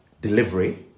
delivery